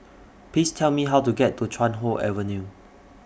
Please Tell Me How to get to Chuan Hoe Avenue